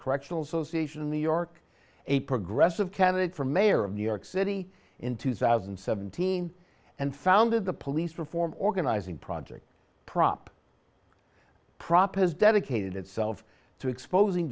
correctional so station in new york a progressive candidate for mayor of new york city in two thousand and seventeen and founded the police reform organizing project prop prop has dedicated itself to exposing